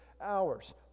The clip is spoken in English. hours